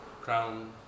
crown